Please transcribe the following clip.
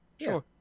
Sure